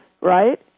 right